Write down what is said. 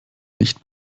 nicht